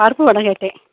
பருப்பு வடை கேட்டேன்